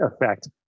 effect